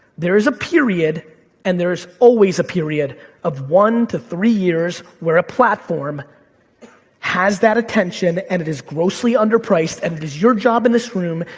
there is a period and there is always a period of one to three years where a platform has that attention, and it is grossly underpriced, and it is your job in this room,